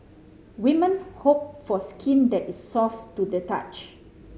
women hope for skin that is soft to the touch